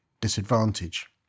disadvantage